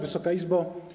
Wysoka Izbo!